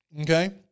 Okay